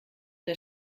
der